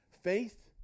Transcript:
faith